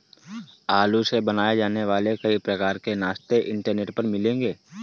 आलू से बनाए जाने वाले कई प्रकार के नाश्ते इंटरनेट पर मिलेंगे